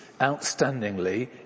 outstandingly